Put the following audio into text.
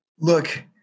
Look